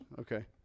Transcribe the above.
Okay